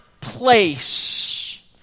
place